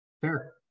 Fair